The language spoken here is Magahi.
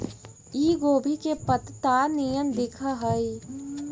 इ गोभी के पतत्ता निअन दिखऽ हइ